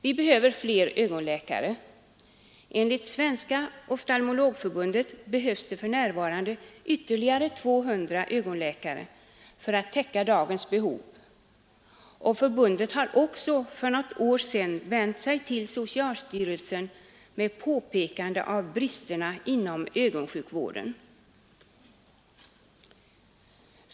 Vi behöver fler ögonläkare — enligt Svenska oftalmologförbundet behövs det för närvarande ytterligare 200 ögonläkare för att täcka dagens behov och förbundet har också för något år sedan vänt sig till socialstyrelsen med påpekande av bristerna inom ögonsjukvården.